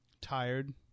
tired